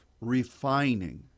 refining